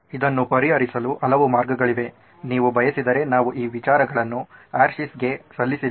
ಇದನ್ನು ಪರಿಹರಿಸಲು ಹಲವು ಮಾರ್ಗಗಳಿವೆ ನೀವು ಬಯಸಿದರೆ ನಾವು ಈ ವಿಚಾರಗಳನ್ನು ಹರ್ಷೆಗೆ Hersheys ಸಲ್ಲಿಸಿಲ್ಲ